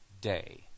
day